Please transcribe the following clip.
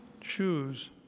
choose